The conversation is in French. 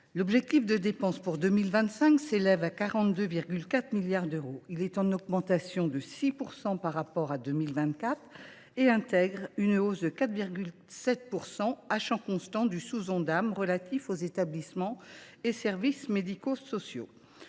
L’objectif de dépenses pour 2025 s’élève à 42,4 milliards d’euros. Il est en augmentation de 6 % par rapport à l’année 2024 et intègre une hausse de 4,7 %, à champ constant, à l’Ondam relatif aux établissements et services médico sociaux.